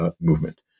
movement